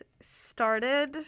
started